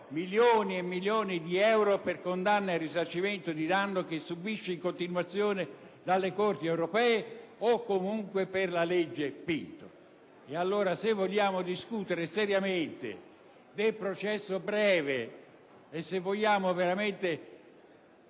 milioni e milioni di euro per condanne a risarcimento danni che subisce in continuazione dalla Corte europea, o comunque per l'applicazione della legge Pinto. Se vogliamo discutere seriamente del processo breve e se vogliamo veramente